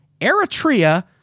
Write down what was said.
Eritrea